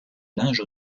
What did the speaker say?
linge